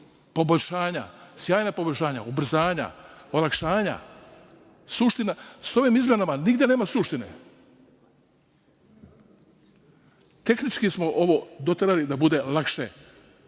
poboljšanja, sjajna poboljšanja, ubrzanja, olakšanja. Sa ovim izmenama nigde nema suštine. Tehničko smo ovo doterali da bude lakše